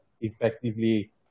effectively